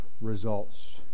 results